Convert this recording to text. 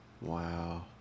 Wow